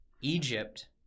Egypt